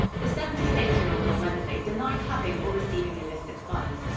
the seventy six year old on wednesday denied having or receiving illicit funds,